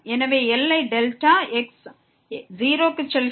எனவே எல்லை delta x 0 க்கு செல்கிறது